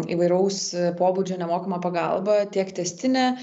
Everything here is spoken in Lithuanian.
įvairaus pobūdžio nemokamą pagalbą tiek tęstinę